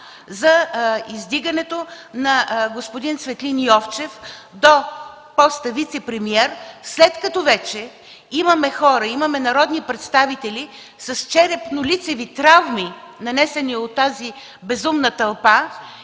за издигането на господин Цветлин Йовчев на поста вицепремиер, след като вече имаме народни представители с черепно-лицеви травми, нанесени от тази безумна тълпа,